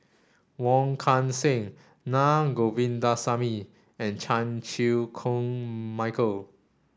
Wong Kan Seng Na Govindasamy and Chan Chew Koon Michael